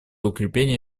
укрепление